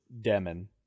demon